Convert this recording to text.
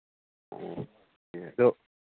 ꯑꯣ ꯑꯗꯨ